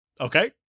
Okay